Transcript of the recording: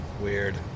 Weird